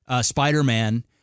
Spider-Man